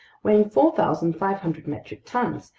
weighed four thousand five hundred metric tons,